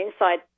inside